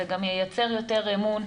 זה גם ייצר יותר אמון,